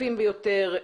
צפופים ביותר,